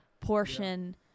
portion